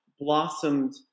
blossomed